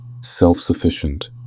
self-sufficient